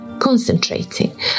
Concentrating